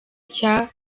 cya